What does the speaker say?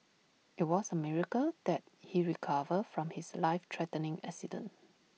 IT was A miracle that he recovered from his life threatening accident